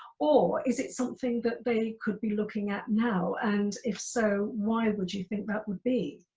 or is it something that they could be looking at now? and if so, why would you think that would be?